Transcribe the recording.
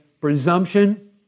presumption